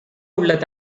உள்ள